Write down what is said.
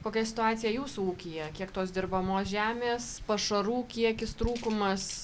kokia situacija jūsų ūkyje kiek tos dirbamos žemės pašarų kiekis trūkumas